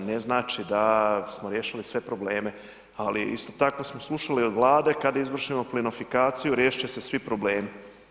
ne znači da smo riješili sve probleme, ali isto tako smo slušali i od Vlade kad je izvršimo plinofikaciju riješit će se svi problemi.